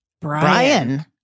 Brian